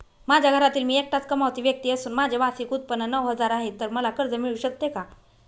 माझ्या घरातील मी एकटाच कमावती व्यक्ती असून माझे मासिक उत्त्पन्न नऊ हजार आहे, तर मला कर्ज मिळू शकते का?